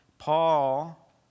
Paul